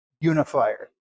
Unifier